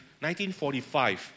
1945